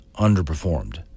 underperformed